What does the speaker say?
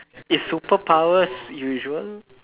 is superpower usual